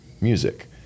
music